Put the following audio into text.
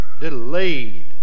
delayed